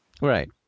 Right